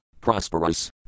prosperous